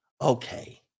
Okay